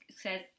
says